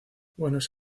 buenos